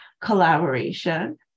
collaboration